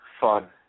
fun